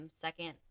second